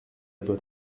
doit